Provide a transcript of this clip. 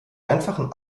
einfachen